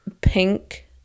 pink